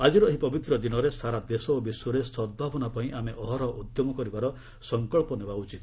ଆଜିର ଏହି ପବିତ୍ର ଦିନରେ ସାରା ଦେଶ ଓ ବିଶ୍ୱରେ ସଦ୍ଭାବନା ପାଇଁ ଆମେ ଅହରହ ଉଦ୍ୟମ କରିବାର ସଙ୍କଚ୍ଚ ନେବା ଉଚିତ